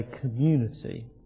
community